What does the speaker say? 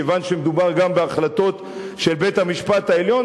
כיוון שמדובר גם בהחלטות של בית-המשפט העליון,